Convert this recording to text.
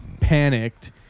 panicked